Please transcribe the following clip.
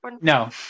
No